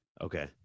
Okay